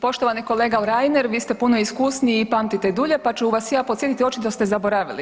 Poštovani kolega Reiner, vi ste puno iskusniji i pamtite dulje pa ću vas ja podsjetiti očito ste zaboravili.